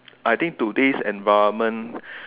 I think today's environment